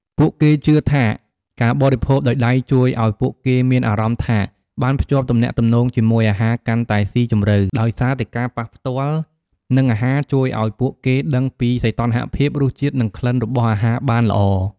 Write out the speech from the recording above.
ពួកគេជឿថាការបរិភោគដោយដៃជួយឱ្យពួកគេមានអារម្មណ៍ថាបានភ្ជាប់ទំនាក់ទំនងជាមួយអាហារកាន់តែស៊ីជម្រៅ ដោយសារតែការប៉ះផ្ទាល់នឹងអាហារអាចជួយឱ្យពួកគេដឹងពីសីតុណ្ហភាព រសជាតិ និងក្លិនរបស់អាហារបានល្អ។